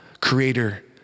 Creator